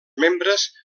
membres